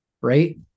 Right